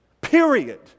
period